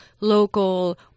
local